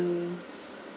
~ant